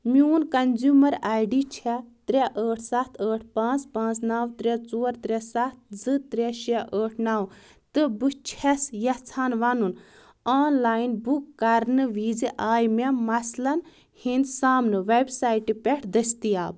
میٛون consumer I D چھِ ترٛےٚ ٲٹھ سَتھ ٲٹھ پانٛژھ پانٛژھ نَو ترٛےٚ ژور ترٛےٚ سَتھ زٕ ترٛےٚ شےٚ ٲٹھ نَو تہٕ بہٕ چھیٚس یژھان وَنُن آن لایِن بُک کرنہٕ وِزۍ آیہِ مےٚ مسلَن ہنٛدۍ سامنہٕ ویب سایٹہِ پٮ۪ٹھ دستیاب